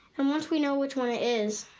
and once we know which one it is